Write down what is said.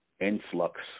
influx